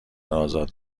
آزاد